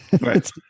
Right